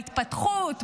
בהתפתחות,